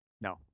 no